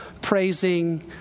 praising